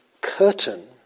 curtain